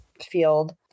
field